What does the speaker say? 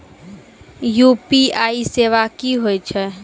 UPI सेवा की होय छै?